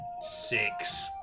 Six